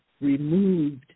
removed